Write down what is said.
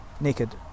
naked